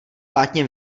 plátně